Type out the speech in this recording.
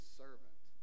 servant